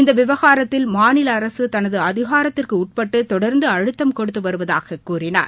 இந்த விவகாரத்தில் மாநில அரசு தனது அதிகாரத்திற்குட்பட்டு தொடர்ந்து அழுத்தம் கொடுத்து வருவதாக கூறினார்